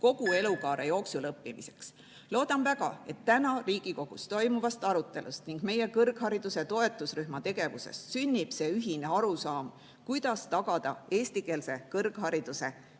kogu elukaare jooksul õppimiseks. Loodan väga, et täna Riigikogus toimuvast arutelust ning meie kõrghariduse toetusrühma tegevusest sünnib see ühine arusaam, kuidas tagada eestikeelse kõrghariduse